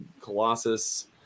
colossus